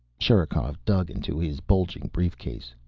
sherikov dug into his bulging briefcase.